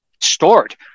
stored